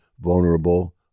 vulnerable